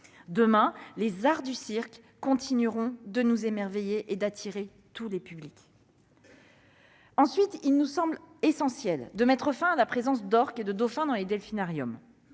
Demain, les arts du cirque continueront de nous émerveiller et d'attirer tous les publics. Ensuite, il nous semble essentiel de mettre fin à la présence d'orques et de dauphins dans les delphinariums.